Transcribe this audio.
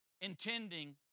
intending